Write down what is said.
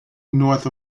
north